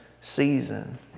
season